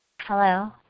Hello